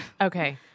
Okay